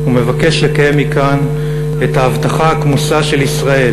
ומבקש לקיים מכאן את ההבטחה הכמוסה של ישראל